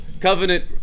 covenant